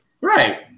Right